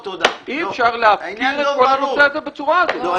אי-אפשר להפקיר את כל הנושא הזה בצורה כזאת.